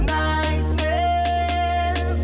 niceness